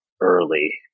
early